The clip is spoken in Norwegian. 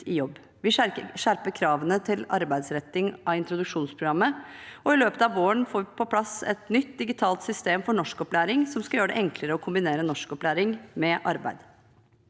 Vi skjerper kravene til arbeidsretting av introduksjonsprogrammet, og i løpet av våren får vi på plass et nytt digitalt system for norskopplæring, som skal gjøre det enklere å kombinere norskopplæring med arbeid.